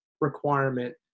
requirement